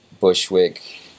Bushwick